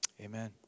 Amen